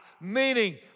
Meaning